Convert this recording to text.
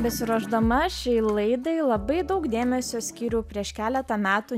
besiruošdama šiai laidai labai daug dėmesio skyriau prieš keletą metų